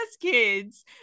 kids